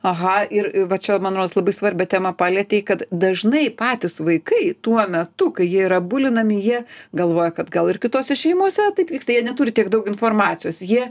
aha ir va čia man rodos labai svarbią temą palietei kad dažnai patys vaikai tuo metu kai jie yra bulinami jie galvoja kad gal ir kitose šeimose taip vyksta jie neturi tiek daug informacijos jie